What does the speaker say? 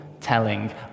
telling